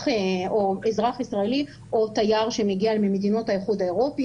אזרח ישראלי או תייר שמגיע ממדינות האיחוד האירופי,